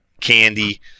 candy